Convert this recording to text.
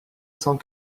cent